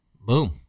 Boom